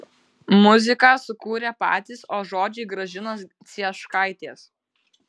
muziką sukūrė patys o žodžiai gražinos cieškaitės